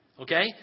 Okay